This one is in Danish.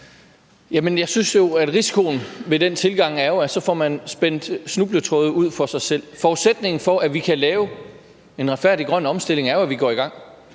Jeg synes jo, at risikoen ved den tilgang er, at man får spændt snubletråde ud for sig selv. Forudsætningen for, at vi kan lave en retfærdig grøn omstilling, er jo, at vi går i gang,